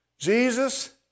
Jesus